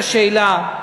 ואז נשאלת השאלה,